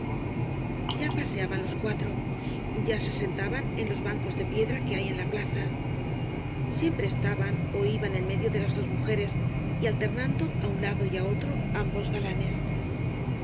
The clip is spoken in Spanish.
ya paseaban los cuatro ya se sentaban en los bancos de piedra que hay en la plaza siempre es taban ó iban en medio las dos mujeres y alternan do á un lado y á otro ambos galanes